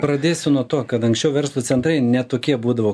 pradėsiu to kad anksčiau verslo centrai ne tokie būdavo